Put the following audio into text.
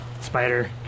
spider